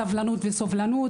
סבלנות וסובלנות.